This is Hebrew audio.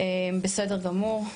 בסדר גמור,